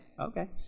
Okay